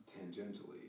tangentially